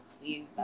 please